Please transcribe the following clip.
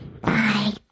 Bye